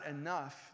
enough